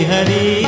Hari